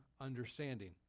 understanding